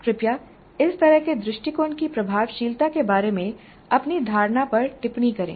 कृपया इस तरह के दृष्टिकोण की प्रभावशीलता के बारे में अपनी धारणा पर टिप्पणी करें